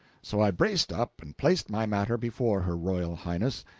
so i braced up and placed my matter before her royal highness.